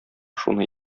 шуны